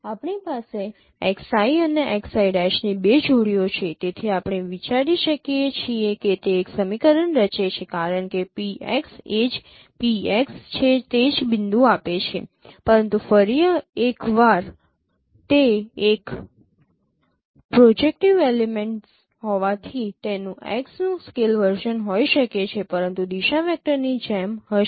આપણી પાસે xi અને xi' ની બે જોડી છે તેથી આપણે વિચારી શકીએ છીએ કે તે એક સમીકરણ રચે છે કારણ કે PX એ જ PX છે તે જ બિંદુ આપે છે પરંતુ ફરી એક વાર તે એક પ્રોજેક્ટિવ એલિમેંટ હોવાથી તેનું X નું સ્કેલ વર્ઝન હોઈ શકે છે પરંતુ દિશા વેક્ટરની જેમ હશે